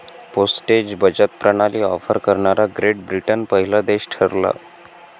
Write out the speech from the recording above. postage बचत प्रणाली offer करणारा ग्रेट ब्रिटन पहिला देश ठरला